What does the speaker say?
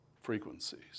frequencies